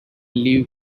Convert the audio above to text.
leave